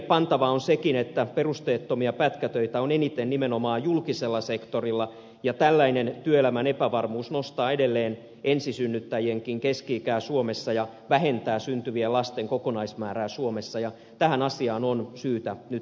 merkillepantavaa on sekin että perusteettomia pätkätöitä on eniten nimenomaan julkisella sektorilla ja tällainen työelämän epävarmuus nostaa edelleen ensisynnyttäjienkin keski ikää ja vähentää syntyvien lasten kokonaismäärää suomessa ja tähän asiaan on syytä nyt puuttua